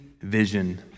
vision